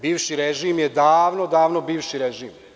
Bivši režim je davno, davno bivši režim.